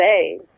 say